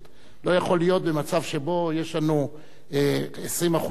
במצב שבו יש לנו 20% אנשים,